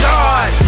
God